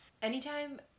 Anytime